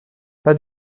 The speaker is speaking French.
pas